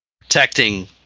protecting